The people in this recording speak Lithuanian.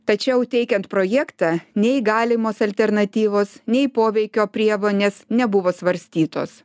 tačiau teikiant projektą nei galimos alternatyvos nei poveikio priemonės nebuvo svarstytos